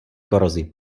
korozi